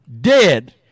dead